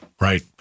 Right